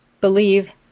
believe